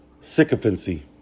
sycophancy